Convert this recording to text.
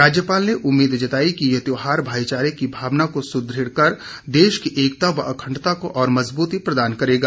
राज्यपाल ने उम्मीद जताई कि ये त्योहार भाईचारे की भावना को सुदृढ़ कर देश की एकता व अखण्डता को और मजबूती प्रदान करेगा